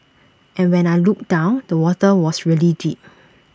and when I looked down the water was really deep